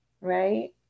right